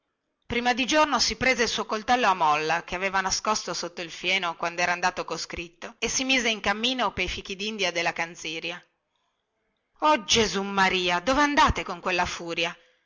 prima di giorno si prese il suo coltello a molla che aveva nascosto sotto il fieno quando era andato coscritto e si mise in cammino pei fichidindia della canziria oh gesummaria dove andate con quella furia